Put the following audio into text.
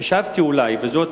חשבתי שאולי, וזאת